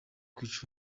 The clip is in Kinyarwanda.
kwica